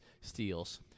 steals